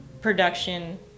production